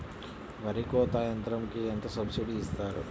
వరి కోత యంత్రంకి ఎంత సబ్సిడీ ఇస్తారు?